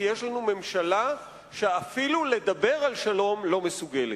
כי יש לנו ממשלה שאפילו לדבר על שלום לא מסוגלת.